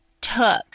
took